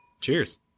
Cheers